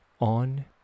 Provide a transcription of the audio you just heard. on